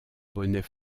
bonnet